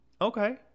okay